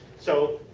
so,